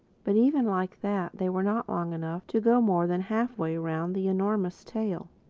but even like that, they were not long enough to go more than halfway round the enormous tail.